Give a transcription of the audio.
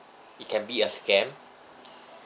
it can be a scam